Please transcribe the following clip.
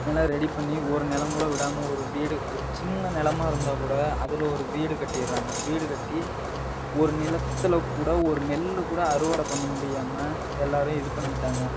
எல்லாம் ரெடி பண்ணி ஒரு நிலம் கூட விடாமல் ஒரு வீடு ஒரு சின்ன நிலமா இருந்தாக் கூட அதில் ஒரு வீடு கட்டிடுறாங்க வீடு கட்டி ஒரு நிலத்தில் கூட ஒரு நெல் கூட அறுவடை பண்ண முடியாமல் எல்லாரும் இது பண்ணிட்டாங்கள்